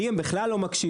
לי הם בכלל לא מקשיבים.